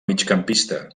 migcampista